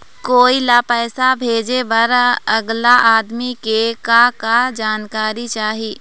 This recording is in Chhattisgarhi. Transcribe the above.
कोई ला पैसा भेजे बर अगला आदमी के का का जानकारी चाही?